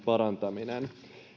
parantaminen